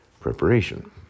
Preparation